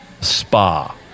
Spa